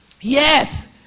Yes